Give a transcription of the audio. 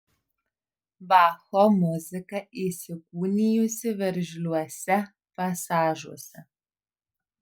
bacho muzika įsikūnijusi veržliuose pasažuose